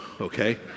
Okay